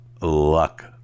luck